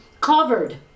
covered